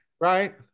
right